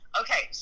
okay